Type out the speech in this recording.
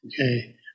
Okay